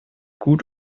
gut